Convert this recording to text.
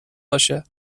باشه